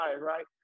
right